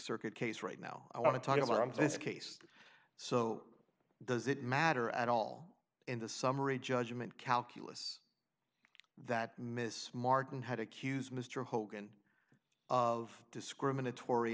circuit case right now i want to talk about i'm just a case so does it matter at all in the summary judgment calculus that miss martin had accused mr hogan of discriminatory